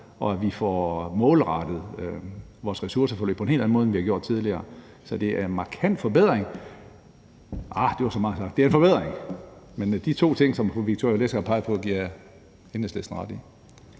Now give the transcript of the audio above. og vi får målrettet vores ressourceforløb på en helt anden måde, end vi har gjort tidligere. Så det er en markant forbedring – arh, det er måske så meget sagt, men det er en forbedring. Men de to ting, som fru Victoria Velasquez har peget på, giver jeg Enhedslisten ret i.